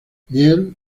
miel